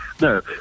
No